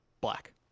Black